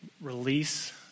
release